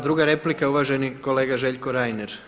Druga replika uvaženi kolega Željko Reiner.